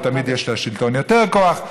ותמיד יש לשלטון יותר כוח,